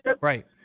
Right